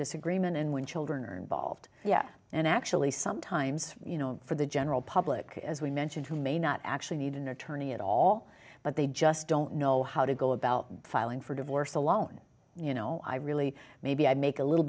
and when children are involved yeah and actually sometimes you know for the general public as we mentioned who may not actually need an attorney at all but they just don't know how to go about filing for divorce alone you know i really maybe i make a little